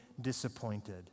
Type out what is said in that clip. disappointed